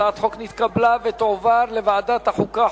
הצעת החוק נתקבלה ותועבר לוועדת החוקה,